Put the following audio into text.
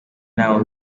nabo